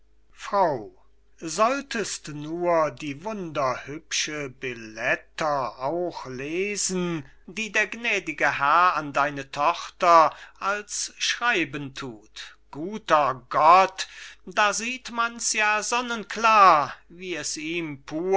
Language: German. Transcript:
frau solltest nur die wunderhübsche billeter auch lesen die der gnädige herr an deine tochter als schreiben thut guter gott da sieht man's ja sonnenklar wie